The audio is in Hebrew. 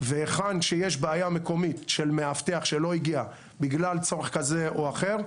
והיכן שיש בעיה מקומית של מאבטח שלא הגיע בגלל צורך כזה או אחר,